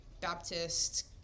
baptist